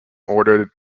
ordered